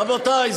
רבותי,